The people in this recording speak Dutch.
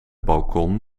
balkon